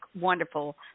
wonderful